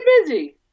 busy